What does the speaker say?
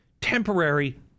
temporary